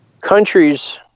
Countries